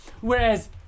whereas